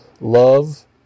love